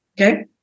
okay